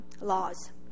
laws